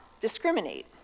discriminate